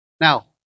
Now